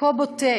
כה בוטה